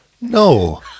No